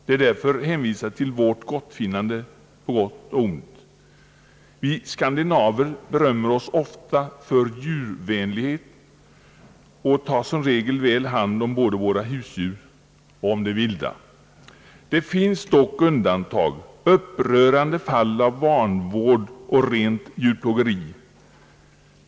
De är därför hänvisade till vårt gottfinnande. Vi skandinaver berömmer oss ofta för djurvänlighet och tar som regel väl hand om både våra husdjur och det vilda. Det finns dock undantag, upprörande fall av vanvård och rent djurplågeri.